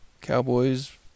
cowboys